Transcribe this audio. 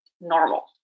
normal